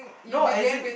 no as in